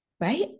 right